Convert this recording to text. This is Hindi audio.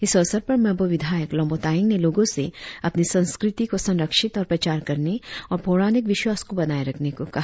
इस अवसर पर मेबो विधायक लोम्बो तायेंग ने लोगों से अपनी संस्कृति को संरक्षित और प्रचार करने और पौराणिक विश्वास को बनाए रखने को कहा